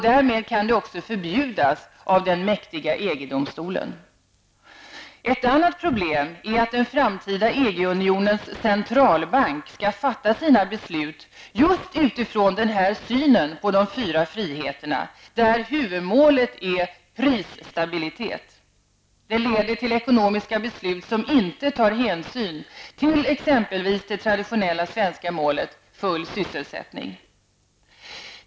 Därmed kan det också förbjudas av den mäktiga Ett annat problem är att den framtida EG-unionens centralbank skall fatta sina beslut just utifrån denna syn på de fyra friheterna, där huvudmålet är prisstabilitet. Det leder till ekonomiska beslut som inte tar hänsyn till exempelvis det traditionella svenska målet om full sysselsättning.